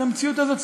את המציאות הזאת,